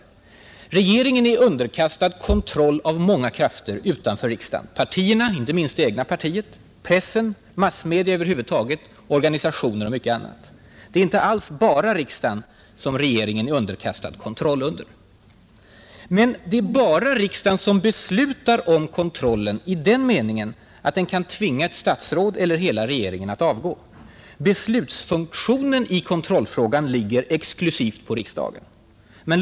Regeringen är underkastad kontroll av många krafter utanför riksdagen — partierna , pressen och massmedia över huvud taget, organisationer och mycket annat. Regeringen är inte alls underkastad kontroll ”endast” av riksdagen. Men det är bara riksdagen som beslutar om kontrollen i den meningen att riksdagen kan tvinga ett statsråd eller hela regeringen att avgå. Beslutsfunktionen i kontrollfrågan ligger exklusivt hos riksdagen.